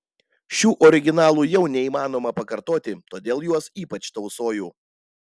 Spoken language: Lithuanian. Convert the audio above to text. šių originalų jau neįmanoma pakartoti todėl juos ypač tausoju